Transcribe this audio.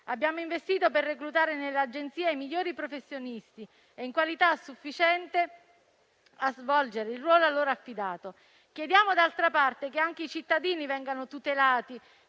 Abbiamo investito per reclutare nell'Agenzia i migliori professionisti e in qualità sufficiente a svolgere il ruolo loro affidato. Chiediamo, d'altra parte, che anche i cittadini vengano tutelati